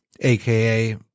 aka